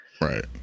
Right